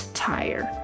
tire